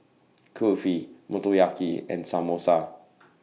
Kulfi Motoyaki and Samosa